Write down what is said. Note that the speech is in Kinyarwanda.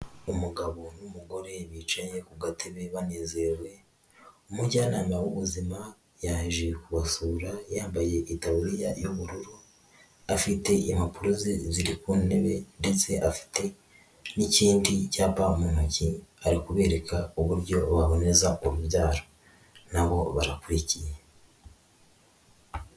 Umugabo n'umugore bicaye ku gatebe banezerewe, umujyanama w'ubuzima yaje kubasura yambaye itaburiya y'ubururu, afite impapuro ziri ku ntebe ndetse afite n'ikindi cyapa mu ntoki ari kubereka uburyo baboneza urubyaro na bo barakurikiye.